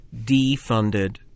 defunded